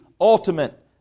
ultimate